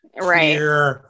Right